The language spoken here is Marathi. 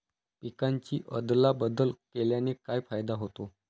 पिकांची अदला बदल केल्याने काय फायदा होतो?